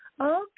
okay